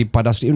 Padas